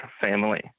family